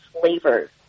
flavors